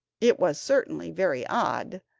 it was certainly very odd,